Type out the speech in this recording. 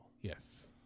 Yes